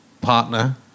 partner